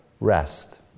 rest